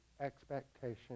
expectation